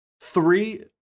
three